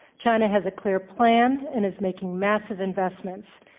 china has a clear plan and is making massive investments